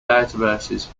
databases